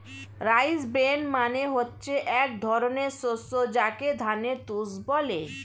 rice bran মানে হচ্ছে এক ধরনের শস্য যাকে ধানের তুষ বলে